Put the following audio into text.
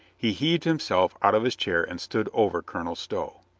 he heaved himself out of his chair and stood over colonel stow.